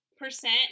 percent